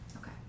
Okay